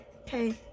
okay